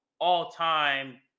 all-time